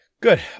Good